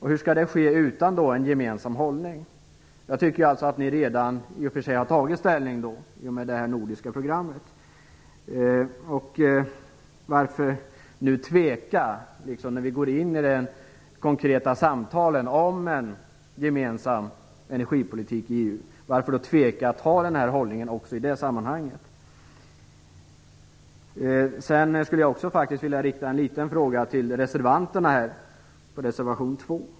Hur skall det ske utan en gemensam hållning? Jag tycker alltså att ni redan i och för sig har tagit ställning i och med det nordiska programmet. Varför tveka när vi går in i konkreta samtal om en gemensam energipolitik i EU att ha den hållningen också i det sammanhanget? Jag skulle vilja rikta en liten fråga till reservanterna med anledning av reservation 2.